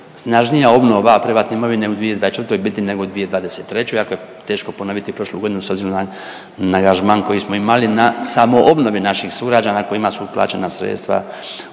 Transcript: snažnija obnova privatne imovine u 2024. biti nego u 2023. iako je teško ponoviti prošlu godinu s obzirom na, na angažman koji smo imali na samoobnovi naših sugrađana kojima su uplaćen sredstva